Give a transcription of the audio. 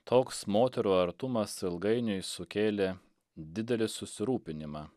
toks moterų artumas ilgainiui sukėlė didelį susirūpinimą